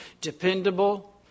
dependable